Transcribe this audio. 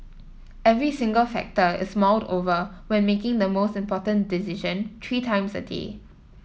every single factor is mulled over when making the most important decision three times a day